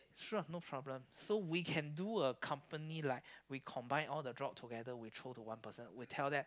sure no problem so we can do a company like we combine all the job together we throw to one person we tell that